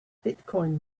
bitcoin